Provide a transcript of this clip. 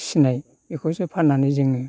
फिसिनाय बेखौसो फाननानै जोङो